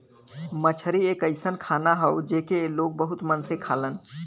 मछरी एक अइसन खाना हौ जेके लोग बहुत मन से खालन